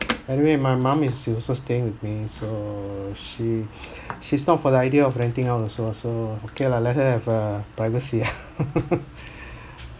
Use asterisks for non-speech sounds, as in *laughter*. anyway my mum is she also staying with me so she she's not for the idea of renting out also so okay lah let her have her privacy *laughs*